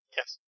Yes